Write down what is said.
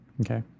okay